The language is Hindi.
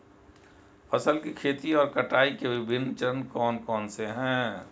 फसल की खेती और कटाई के विभिन्न चरण कौन कौनसे हैं?